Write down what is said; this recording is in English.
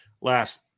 last